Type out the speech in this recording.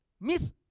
Miss